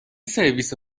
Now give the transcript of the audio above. سرویس